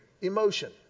emotion